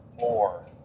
more